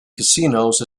casinos